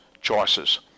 choices